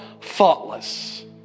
faultless